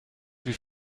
wie